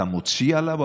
האם אתה מוציא עליו,